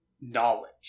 knowledge